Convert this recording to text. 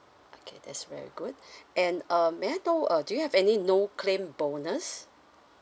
okay that's very good and um may I know uh do you have any no claim bonus